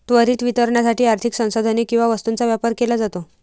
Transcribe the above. त्वरित वितरणासाठी आर्थिक संसाधने किंवा वस्तूंचा व्यापार केला जातो